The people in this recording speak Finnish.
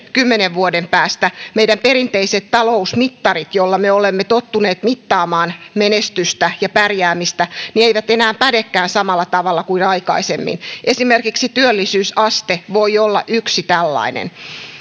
kymmenen vuoden päästä perinteiset talousmittarit joilla me olemme tottuneet mittaamaan menestystä ja pärjäämistä eivät enää pädekään samalla tavalla kuin aikaisemmin esimerkiksi työllisyysaste voi olla yksi tällainen on